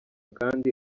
kandi